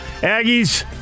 Aggies